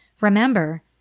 Remember